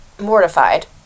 mortified